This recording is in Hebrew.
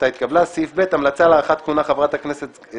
הצבעה בעד 4 נגד, אין נמנעים,